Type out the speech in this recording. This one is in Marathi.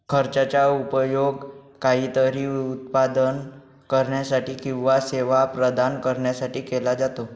खर्चाचा उपयोग काहीतरी उत्पादन करण्यासाठी किंवा सेवा प्रदान करण्यासाठी केला जातो